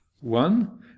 One